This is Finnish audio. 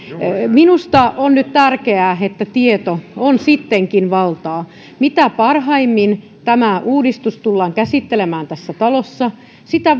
minusta on nyt tärkeää että tieto on sittenkin valtaa mitä paremmin tämä uudistus tullaan käsittelemään tässä talossa sitä